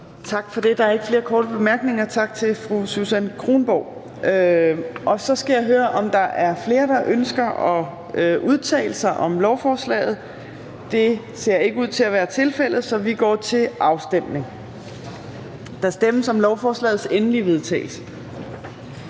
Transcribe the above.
Tak for det. Der er ikke flere korte bemærkninger. Tak til fru Susan Kronborg. Så skal jeg høre, om der er flere, der ønsker at udtale sig om lovforslaget. Det ser ikke ud til at være tilfældet, så vi går til afstemning. Kl. 11:12 Afstemning Fjerde